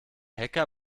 hacker